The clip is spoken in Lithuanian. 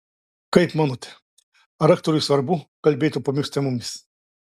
kaip manote ar aktoriui svarbu kalbėti opiomis temomis